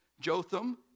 Jotham